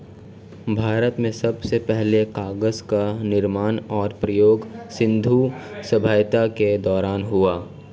भारत में सबसे पहले कागज़ का निर्माण और प्रयोग सिन्धु सभ्यता के दौरान हुआ